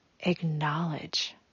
acknowledge